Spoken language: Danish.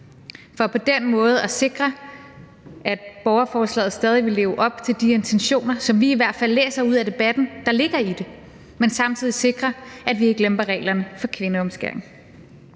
for på den måde at sikre, at borgerforslaget stadig vil leve op til de intentioner, som vi i hvert fald læser ud af debatten ligger i det, men samtidig sikre, at vi ikke lemper reglerne for kvindeomskæring.